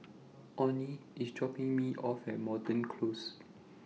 Onnie IS dropping Me off At Moreton Close